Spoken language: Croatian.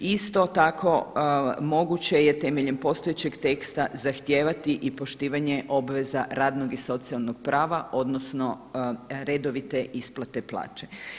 Isto tako moguće je temeljem postojećeg teksta zahtijevati i poštivanje obveza radnog i socijalnog prava odnosno redovite isplate plaća.